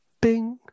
bing